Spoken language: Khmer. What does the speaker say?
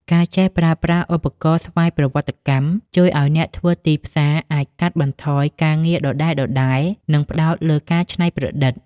ការចេះប្រើប្រាស់ឧបករណ៍ស្វ័យប្រវត្តិកម្ម ជួយឱ្យអ្នកធ្វើទីផ្សារអាចកាត់បន្ថយការងារដដែលៗ និងផ្ដោតលើការច្នៃប្រឌិត។